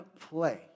play